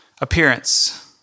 appearance